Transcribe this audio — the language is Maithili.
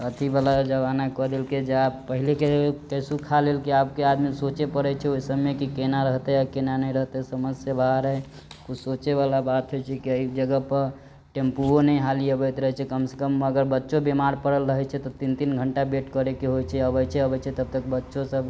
अथी वला जमाना कऽ देलकै जे आब पहिले के कैसहु खा लेलकै आबके आदमी सोचे परै छै ओइसबमे की केना रहतै आ केना नै रहतै समझ से बाहर है कुछ सोचे वला बात होइ छै की अइ जगह पऽ टेम्पूओ नै हाली अबैत रहै छै कम सँ कम अगर बच्चो बेमार परल रहै छै त तीन तीन घण्टा वेट करै के होइ छै अबै छै अबै छै तबतक बच्चो सब